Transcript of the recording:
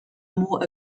more